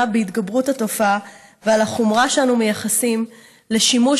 בהתגברות התופעה ועל החומרה שאנו מייחסים לשימוש